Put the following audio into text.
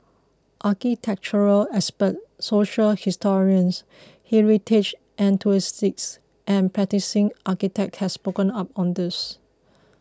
architectural experts social historians heritage enthusiasts and practising architects have spoken up on this